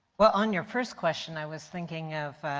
but on your first question i was thinking of